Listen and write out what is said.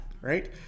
Right